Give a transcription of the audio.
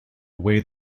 away